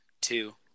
two